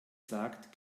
sagt